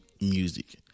music